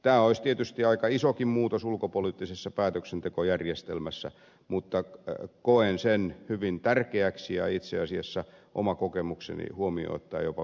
tämä olisi tietysti aika isokin muutos ulkopoliittisessa päätöksentekojärjestelmässä mutta koen sen hyvin tärkeäksi ja itse asiassa oman kokemukseni huomioon ottaen jopa välttämättömäksi